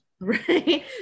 right